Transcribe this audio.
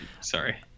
Sorry